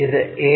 ഇത് a